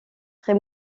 très